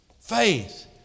Faith